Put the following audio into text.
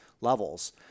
levels